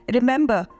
Remember